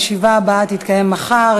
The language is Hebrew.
הישיבה הבאה תתקיים מחר,